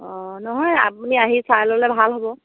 অঁ নহয় আপুনি আহি চাই ল'লে ভাল হ'ব